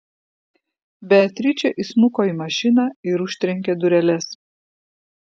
beatričė įsmuko į mašiną ir užtrenkė dureles